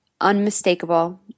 unmistakable